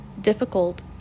difficult